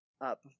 up